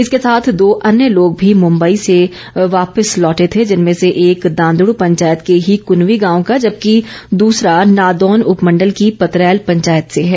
इसके साथ दो अन्य लोग भी मुम्बई से वापिस लौटे थे जिनमें से एक दांदड़ पंचायत के ही कुनवीं गांव का जबकि दूसरा नादौन उपमंडल की पतरैल पंचायत से है